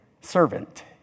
servant